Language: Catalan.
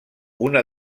una